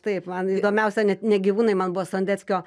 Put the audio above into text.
taip man įdomiausia net ne gyvūnai man buvo sondeckio